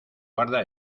guarda